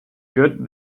good